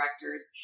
directors